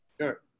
Sure